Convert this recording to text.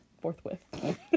forthwith